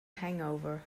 hangover